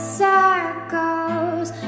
circles